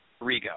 Rigo